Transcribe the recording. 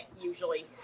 usually